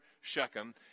Shechem